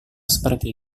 seperti